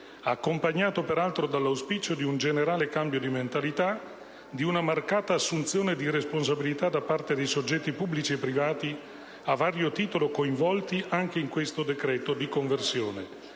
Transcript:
accompagnato, peraltro, dall'auspicio di un generale cambio di mentalità, di una marcata assunzione di responsabilità da parte di soggetti pubblici e privati a vario titolo coinvolti anche in questo decreto di conversione.